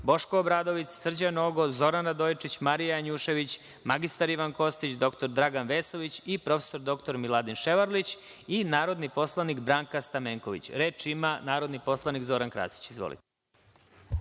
Boško Obradović, Srđan Nogo, Zoran Radojičić, Marija Janjušević, mr Ivan Kostić, dr Dragan Vesović i prof. dr Miladin Ševarlić, i narodni poslanik Branka Stamenković. Reč ima narodni poslanik Zoran Krasić. **Zoran